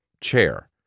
chair